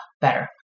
better